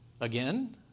Again